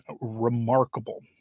remarkable